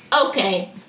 okay